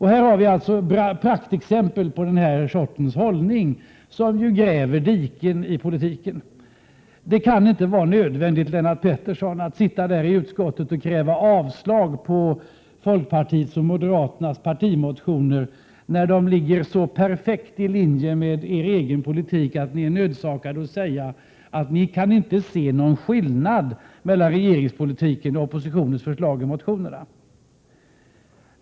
Här har vi ett praktexempel på den sortens hållning, som ju gräver diken i politiken. Det kan inte vara nödvändigt, Lennart Pettersson, att sitta i utskottet och kräva avslag på folkpartiets och moderaternas partimotioner, när de ligger så perfekt i linje med er egen politik att ni är nödsakade att säga att ni inte kan se någon skillnad mellan regeringspolitiken och oppositionens förslag i motionerna.